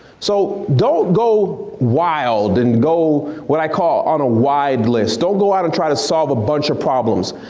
so don't go wild and go, what i call, on a wide list. don't go out and try to solve a bunch of problems.